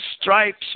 stripes